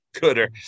gooder